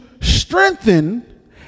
strengthen